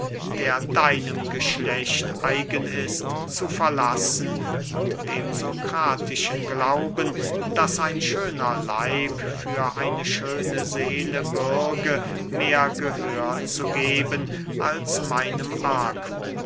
der deinem geschlecht eigen ist zu verlassen und dem sokratischen glauben daß ein schöner leib für eine schöne seele bürge mehr gehör zu geben als meinem